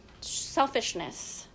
Selfishness